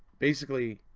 basically.